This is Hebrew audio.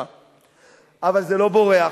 אבל זה לא בורח,